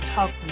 Talk